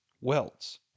welts